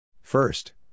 First